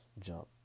jump